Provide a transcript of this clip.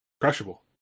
crushable